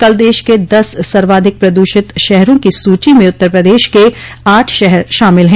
कल देश के दस सर्वाधिक प्रद्रषित शहरों की सूची में उत्तर प्रदेश के आठ शहर शामिल है